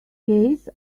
case